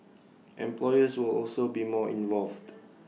employers will also be more involved